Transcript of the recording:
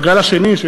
בגל השני של